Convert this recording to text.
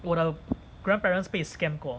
我的 grandparents 被 scam 过